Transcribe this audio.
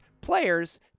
players